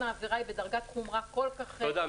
העבירה היא בדרגת חומרה כל כך גבוהה -- תודה.